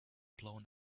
blown